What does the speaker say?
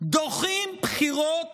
דוחים בחירות